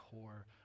core